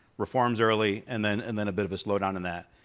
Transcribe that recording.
reforms early and then and then a bit of a slowdown in that.